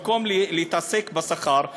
במקום להתעסק בשכר,